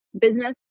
business